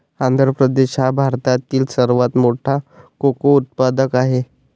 आंध्र प्रदेश हा भारतातील सर्वात मोठा कोको उत्पादक आहे